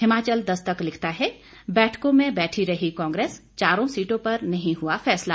हिमाचल दस्तक लिखता है बैठकों में बैठी रही कांग्रेस चारों सीटों पर नहीं हुआ फैसला